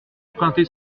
emprunté